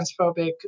transphobic